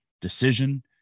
Decision